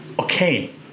okay